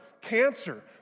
cancer